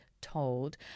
told